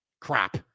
crap